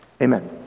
Amen